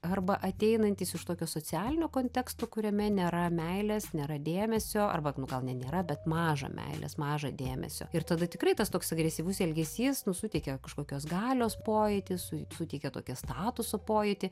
arba ateinantys iš tokio socialinio konteksto kuriame nėra meilės nėra dėmesio arba nu gal ne nėra bet maža meilės maža dėmesio ir tada tikrai tas toks agresyvus elgesys suteikia kažkokios galios pojūtį su suteikia tokią statuso pojūtį